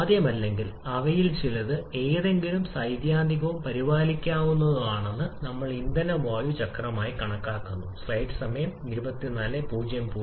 കാരണം ഒരു പ്രത്യേക ഘട്ടത്തിലെ താപനില ഈ ബന്ധത്തിൽ ക്രെഡിറ്റ് ചെയ്തിട്ടില്ലതാപനില കൂടുന്നതിനനുസരിച്ച് ദൈർഘ്യമേറിയതാണ് k തുടർച്ചയായി കുറയുകയും അവസാനം കംപ്രഷൻ ഇവിടെ എവിടെയെങ്കിലും എത്തിച്ചേരാം 2 '